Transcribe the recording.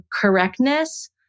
correctness